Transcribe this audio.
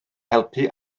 helpu